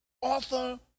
author